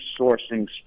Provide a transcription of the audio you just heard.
sourcing